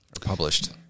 published